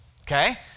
Okay